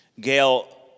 Gail